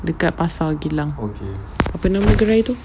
dekat pasar geylang apa nama gerai itu